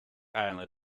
island